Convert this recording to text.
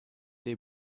dei